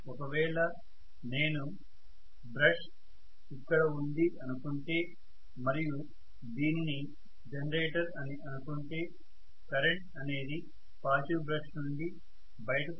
ఒకవేళ నేను బ్రష్ ఇక్కడ ఉంది అనుకుంటే మరియు దీనిని జనరేటర్ అని అనుకుంటే కరెంట్ అనేది పాజిటివ్ బ్రష్ నుండి బయటకు రావాలని నేను చెప్పాలి